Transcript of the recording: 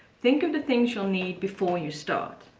think of the things you'll need before you start.